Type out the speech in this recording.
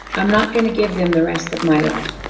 i'm not gonna give them the rest of my life,